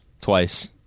twice